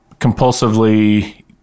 compulsively